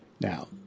Now